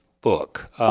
book